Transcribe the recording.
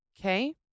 Okay